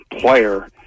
player